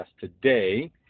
today